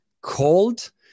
Cold